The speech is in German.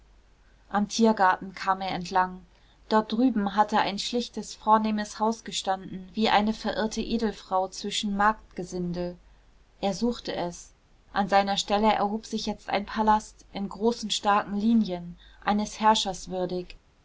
am tiergarten kam er entlang dort drüben hatte ein schlichtes vornehmes haus gestanden wie eine verirrte edelfrau zwischen marktgesindel er suchte es an seiner stelle erhob sich jetzt ein palast in großen starken linien eines herrschers würdig